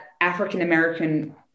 African-American